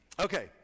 Okay